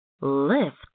lift